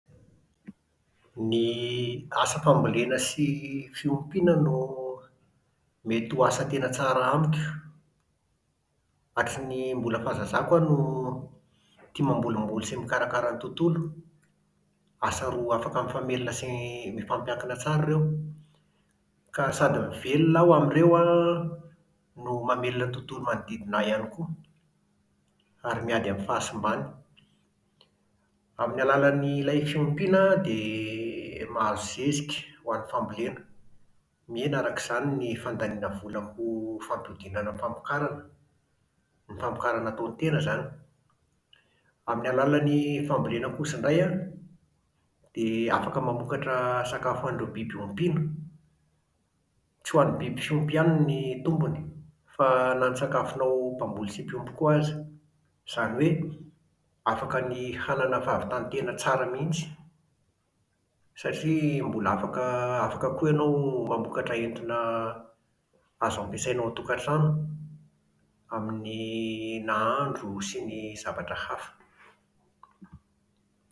Ny asa fambolena sy fiompiana no mety ho asa tena tsara amiko. Hatry ny mbola fahazazako aho no tia mambolimboly sy mikarakara ny tontolo. Asa roa afaka mifamelona sy mifampiankina tsara ireo. Ka sady mivelona aho amin'ireo an no mamelona ny tontolo manodidina ahy ihany koa, ary miady amin'ny fahasimbany. Amin'ny alàlan'ny ilay fiompiana an dia mahazo zezika ho an'ny fambolena. Mihena araka izany ny fandaniana vola ho fampihodinana ny famokarana, ny famokarana ataon'ny tena izany. Amin'ny alàlan'ny fambolena kosa indray an dia afaka mamokatra sakafo ho an'ireo biby ompiana. Tsy ho an'ny biby fiompy ihany ny tombony, fa na ny sakafonao mpamboly sy mpiompy koa aza. Izany hoe, afaka ny hanana fahavintantena tsara mihintsy satria mbola afaka afaka koa ianao mamokatra entona azo ampiasaina ao an-tokantrano, amin'ny nahandro sy ny zavatra hafa.